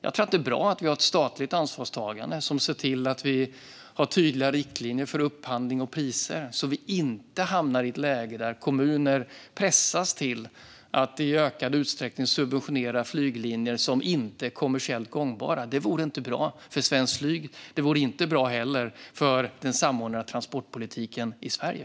Jag tror att det är bra att vi har ett statligt ansvarstagande som ser till att vi har tydliga riktlinjer för upphandling och priser så att vi inte hamnar i ett läge där kommuner pressas till att i ökad utsträckning subventionera flyglinjer som inte är kommersiellt gångbara. Detta vore inte bra för svenskt flyg och inte heller för den samordnade transportpolitiken i Sverige.